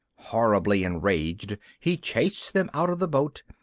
horribly enraged, he chased them out of the boat,